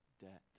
debt